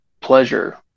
pleasure